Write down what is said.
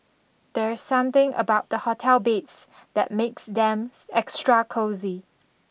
there's something about the hotel beds that makes them extra cosy